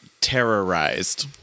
terrorized